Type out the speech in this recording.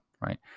Right